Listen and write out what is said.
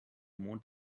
mond